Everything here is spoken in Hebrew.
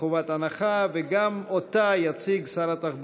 חברי הכנסת, עשרה בעד, אין מתנגדים או